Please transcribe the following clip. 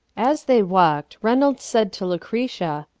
as they walked, reynolds said to lucretia,